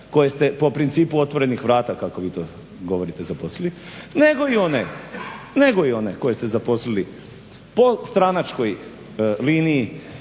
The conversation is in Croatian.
koje ste po principu otvorenih vrate kako vi to govorite zaposlili, nego i one koje ste zaposlili po stranačkoj liniji